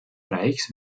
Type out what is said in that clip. reichs